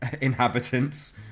inhabitants